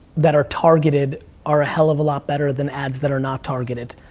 that are targeted are a hell of a lot better than ads that are not targeted,